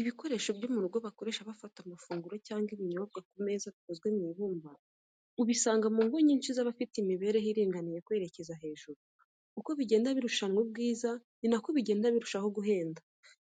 Ibikoresho byo mu rugo bakoresha bafata amafunguro cyangwa ibinyobwa ku meza bikozwe mu ibumba, ubisanga mu ngo nyinshi z'abafite imibereho iringaniye kwerekeza hejuru. Uko bigenda birushanwa ubwiza ni na ko bigenda birushaho guhenda.